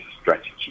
strategy